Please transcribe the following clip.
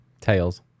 Tails